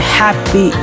happy